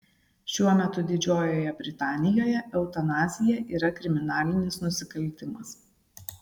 šiuo metu didžiojoje britanijoje eutanazija yra kriminalinis nusikaltimas